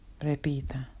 repita